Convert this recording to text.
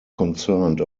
concerned